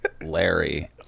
Larry